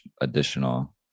additional